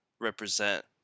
Represent